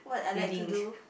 reading